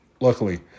Luckily